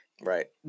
Right